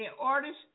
artists